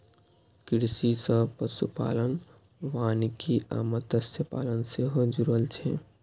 कृषि सं पशुपालन, वानिकी आ मत्स्यपालन सेहो जुड़ल छै